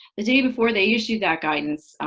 the day before they issued that guidance,